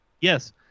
Yes